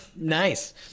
Nice